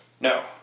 No